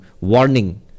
warning